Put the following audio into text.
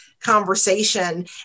conversation